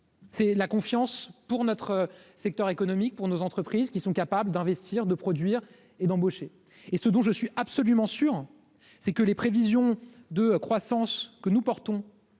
c'est la confiance pour notre secteur économique pour nos entreprises qui sont capables d'investir, de produire et d'embaucher et ce dont je suis absolument sûr, c'est que les prévisions de croissance que nous portons